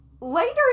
Later